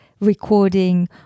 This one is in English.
recording